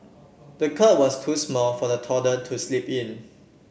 the cot was too small for the toddler to sleep in